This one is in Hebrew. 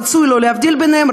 רצוי שלא להבדיל ביניהם,